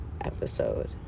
episode